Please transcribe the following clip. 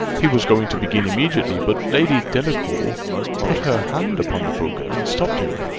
he was going to begin immediately, but lady delacour put her hand upon the book, and stopped him.